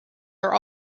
are